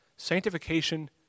Sanctification